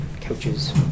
couches